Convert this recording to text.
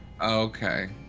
okay